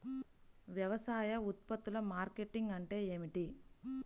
వ్యవసాయ ఉత్పత్తుల మార్కెటింగ్ అంటే ఏమిటి?